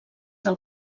del